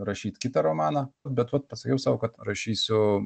rašyt kitą romaną bet vat pasakiau sau kad rašysiu